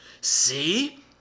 See